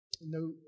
no